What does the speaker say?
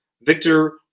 Victor